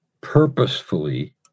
purposefully